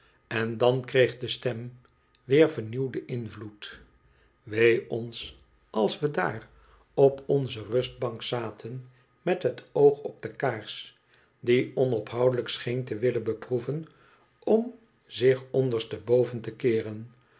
en dan kreeg de stem weer vernieuwden invloed wee ons als we daar op onze rustbank zaten met het oog op de kaars die onophoudelijk scheen te willen beproeven om zich onderste boven te keeren